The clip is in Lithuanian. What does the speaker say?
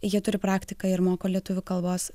jie turi praktiką ir moko lietuvių kalbos